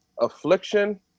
affliction